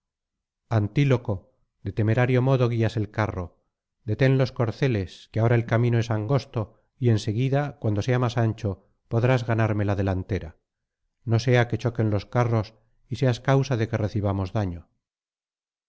antíloco de temerario modo guías el carro deten los corceles que ahora el camino es angosto y en seguida cuando sea más ancho podrás ganarme la delantera no sea que choquen los carros y seas causa de que recibamos daño